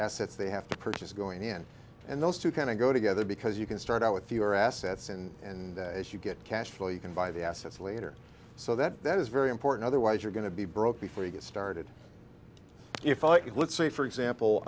assets they have to purchase going in and those two kind of go together because you can start out with fewer assets and as you get cash flow you can buy the assets later so that is very important otherwise you're going to be broke before you get started if i could let's say for example